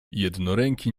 jednoręki